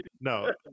No